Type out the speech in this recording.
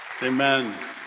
Amen